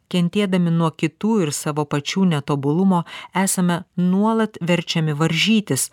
kentėdami nuo kitų ir savo pačių netobulumo esame nuolat verčiami varžytis